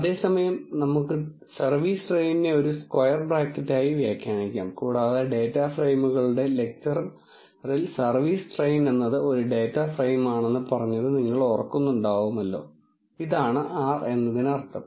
അതേസമയം നമുക്ക് സർവീസ് ട്രെയിനിനെ ഒരു സ്ക്വയർ ബ്രാക്കറ്റായി വ്യാഖ്യാനിക്കാം കൂടാതെ ഡേറ്റ ഫ്രയിമുകളുടെ ലെക്ച്ചറിൽ സർവീസ് ട്രെയിൻ എന്നത് ഒരു ഡേറ്റ ഫ്രയിമാണെന്ന് പറഞ്ഞത് നിങ്ങൾ ഓർക്കുന്നുണ്ടാവുമല്ലോ ഇതാണ് 6 എന്നതിനർത്ഥം